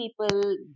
people